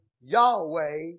Yahweh